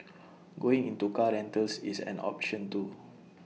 going into car rentals is an option too